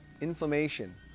inflammation